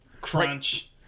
Crunch